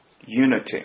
Unity